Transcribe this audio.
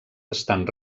estan